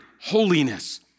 holiness